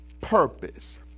purpose